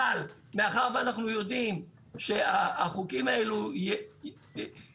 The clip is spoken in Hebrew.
אבל מאחר שאנחנו יודעים שהחוקים האלו יופעלו